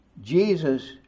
Jesus